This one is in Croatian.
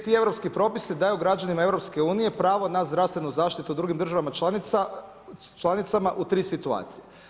Ti europski propisi daju građanima EU pravo na zdravstvenu zaštitu u drugim državama članicama u tri situacije.